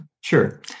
Sure